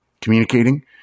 communicating